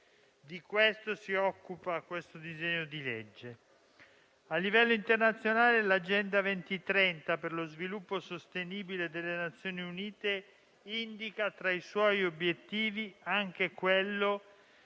Di questo si occupa il disegno di legge. A livello internazionale, l'Agenda 2030 per lo sviluppo sostenibile delle Nazioni Unite indica, tra i suoi obiettivi, anche quello